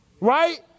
Right